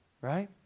Right